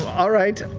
all right.